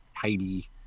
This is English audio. tidy